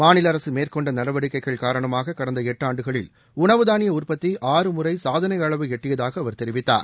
மாநில அரசு மேற்கொண்ட நடவடிக்கைகள் காரணமாக கடந்த எட்டாண்டுகளில் உணவு தானிய உற்பத்தி ஆறு முறை சாதனை அளவை எட்டியதாக அவர் தெரிவித்தார்